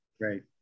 Right